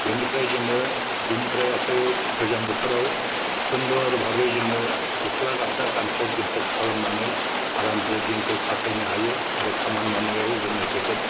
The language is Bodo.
बेनिफ्राय जोङो बिनिफ्राय एखे गोजां बोथोराव सुन्दर भाबै जोङो गस्ला गामसा गानफब जोमफब खालामनानै आरामसे दिनखौ खाथायनो हायो आरो खामानि मावनायाव जोङो जोबोद